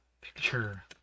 picture